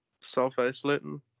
Self-isolating